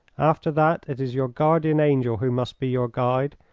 after that it is your guardian angel who must be your guide,